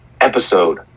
Episode